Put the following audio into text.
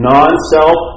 Non-self